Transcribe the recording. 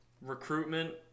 recruitment